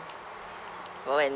or when